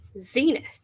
zenith